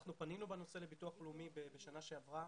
שאנחנו פנינו בנושא לביטוח לאומי בשנה שעברה